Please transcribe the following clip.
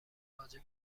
راجع